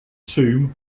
tomb